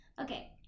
Okay